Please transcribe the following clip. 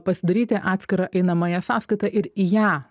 pasidaryti atskirą einamąją sąskaitą ir į ją